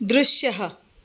दृश्यः